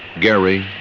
gary,